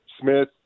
Smith